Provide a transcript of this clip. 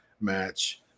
match –